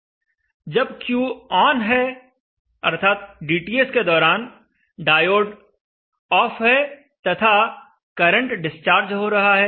जब Q on है अर्थात dTS के दौरान डायोड ऑफ है तथा करंट डिस्चार्ज हो रहा है